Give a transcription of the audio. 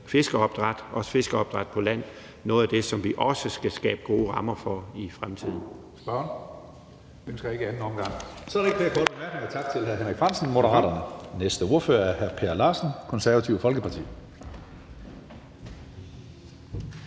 fiskeopdræt og også fiskeopdræt på land noget af det, som vi også skal skabe gode rammer for i fremtiden.